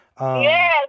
Yes